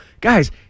Guys